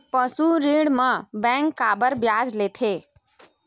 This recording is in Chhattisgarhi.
पशु ऋण म बैंक काबर ब्याज लेथे?